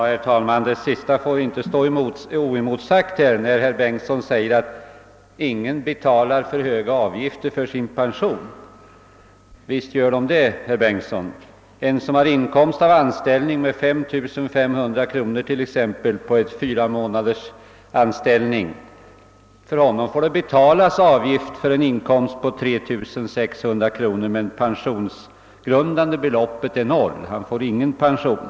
Herr talman! När herr Bengtsson i Varberg säger att ingen betalar för höga avgifter för sin pension, får detta inte stå oemotsagt. Visst gör man det, herr Bengtsson. För en person som på en fyramånadersanställning har en inkomst av 5500 kronor betalas en pensionsavgift för en inkomst på 3600 kronor, men det pensionsgrundande beloppet är lika med noll. Han får alltså ingen pension.